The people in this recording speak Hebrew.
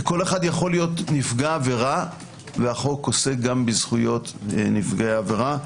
כל אחד יכול להיות נפגע עבירה והחוק עוסק גם בזכויות נפגעי עבירה.